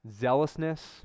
zealousness